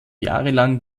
jahrelang